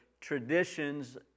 traditions